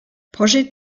projet